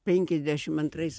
penkiasdešim antrais